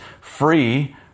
free